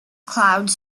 clouds